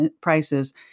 prices